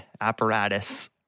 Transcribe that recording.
apparatus